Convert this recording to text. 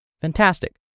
Fantastic